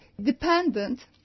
dependent